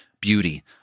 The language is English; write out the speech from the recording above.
beauty